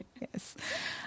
Yes